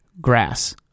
grass